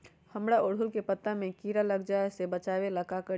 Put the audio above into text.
हमरा ओरहुल के पत्ता में किरा लग जाला वो से बचाबे ला का करी?